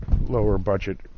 lower-budget